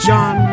John